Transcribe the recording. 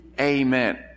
amen